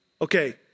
Okay